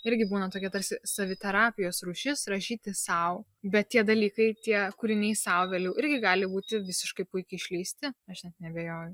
irgi būna tokia tarsi savi terapijos rūšis rašyti sau bet tie dalykai tie kūriniai sau vėliau irgi gali būti visiškai puikiai išleisti aš neabejoju